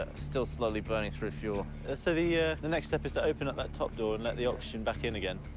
ah still slowly burning through fuel. dan so the ah the next step is to open up that top door and let the oxygen back in again.